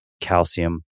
calcium